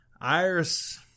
iris